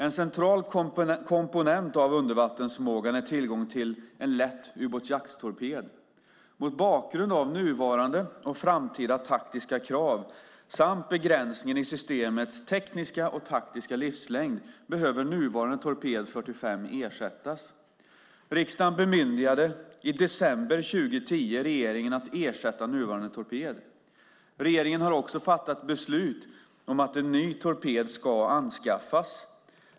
En central komponent av undervattensförmågan är tillgång till en lätt ubåtsjakttorped. Mot bakgrund av nuvarande och framtida taktiska krav samt begränsningen i systemets tekniska och taktiska livslängd behöver nuvarande torped 45 ersättas. Riksdagen bemyndigade i december 2010 regeringen att ersätta nuvarande torped. Regeringen har också fattat beslut om att en ny torped ska anskaffas.